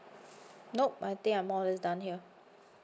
nope I think I'm all done here